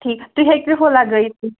ٹھیٖک تُہۍ ہیٚکوٕ ہُہ لَگٲوِتھ